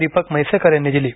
दीपक म्हैसेकर यांनी दिली